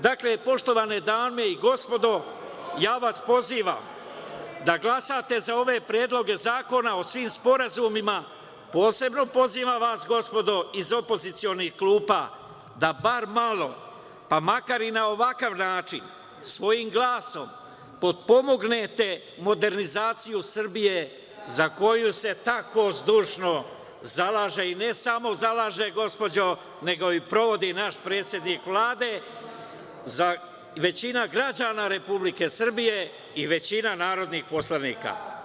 Dakle, poštovane dame i gospodo, pozivam vas da glasate za ove predloge zakona o svim sporazumima, a posebno pozivam vas gospodo iz opozicionih klupa da bar malo, pa makar i na ovakav način, svojim glasom potpomognete modernizaciju Srbije za koju se tako zdušno zalaže, i ne samo zalaže, gospođo, nego i provodi naš predsednik Vlade, većina građana Republike Srbije i većina narodnih poslanika.